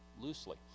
loosely